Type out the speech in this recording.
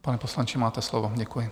Pane poslanče, máte slovo, děkuji.